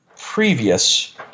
previous